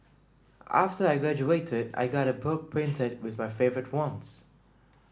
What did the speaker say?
after I graduated I got a book printed with my favourite ones